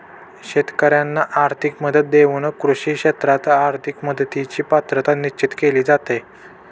शेतकाऱ्यांना आर्थिक मदत देऊन कृषी क्षेत्रात आर्थिक मदतीची पात्रता निश्चित केली जाते